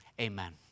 Amen